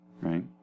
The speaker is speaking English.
right